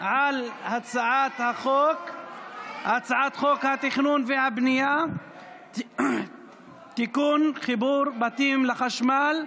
על הצעת חוק התכנון והבנייה (תיקון חיבור בתים לחשמל),